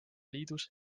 liidus